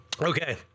Okay